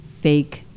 fake